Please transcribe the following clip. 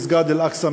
מסגד אל-אקצא,